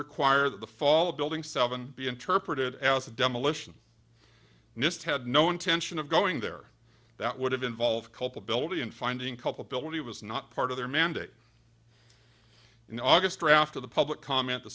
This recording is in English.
require the fall of building seven be interpreted as demolition nist had no intention of going there that would have involved culpability in finding culpability was not part of their mandate in august raft of the public comment the